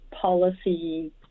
policy